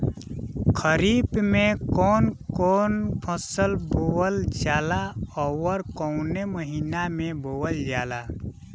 खरिफ में कौन कौं फसल बोवल जाला अउर काउने महीने में बोवेल जाला?